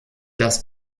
das